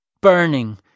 burning